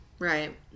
Right